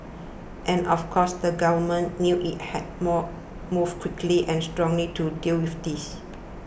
and of course the government knew it had to more move quickly and strongly to deal with this